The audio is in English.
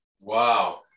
Wow